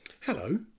Hello